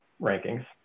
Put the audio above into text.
rankings